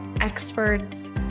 experts